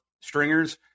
stringers